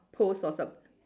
post or some~